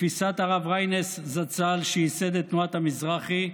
כתפיסת הרב ריינס זצ"ל, שייסד את תנועת המזרחי,